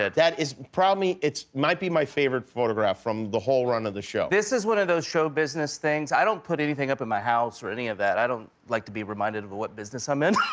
that is probably it might be my favorite photograph from the whole run of the show. this is one of those showbusiness things i don't put anything up at my house, or any of that. i don't like to be reminded of of what business i'm in.